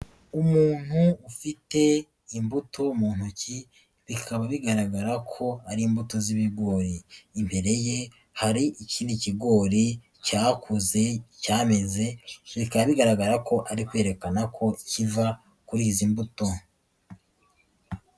Umuntu ufite imbuto mu ntoki, bikaba bigaragara ko ari imbuto z'ibigori. Imbere ye hari ikindi kigori cyakuze, cyameze, bikaba bigaragara ko ari kwerekana ko kiva kuri izi mbuto.